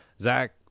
Zach